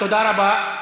תודה רבה.